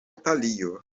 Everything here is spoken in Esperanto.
italio